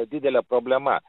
didelė problema